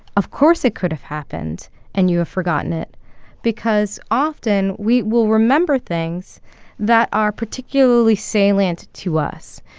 of course, it could have happened and you have forgotten it because often we will remember things that are particularly salient to us.